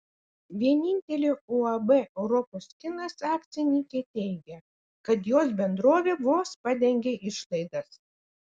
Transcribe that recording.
vienintelė uab europos kinas akcininkė teigia kad jos bendrovė vos padengia išlaidas